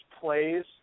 plays